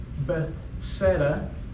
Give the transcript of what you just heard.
Bethsaida